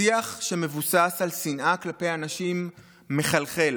שיח שמבוסס על שנאה כלפי אנשים מחלחל,